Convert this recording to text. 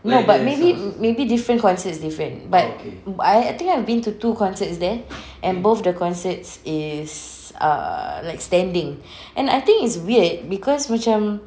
no but maybe maybe different concerts different but I think I've been to two concerts there and both the concerts is err like standing and I think it's weird because macam